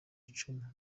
icumu